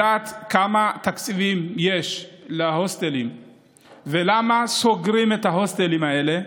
אני מבקש לדעת כמה תקציבים יש להוסטלים ולמה סוגרים את ההוסטלים האלה.